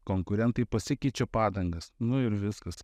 konkurentai pasikeičia padangas nu ir viskas